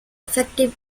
effective